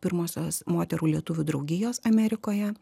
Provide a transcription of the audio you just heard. pirmosios moterų lietuvių draugijos amerikoje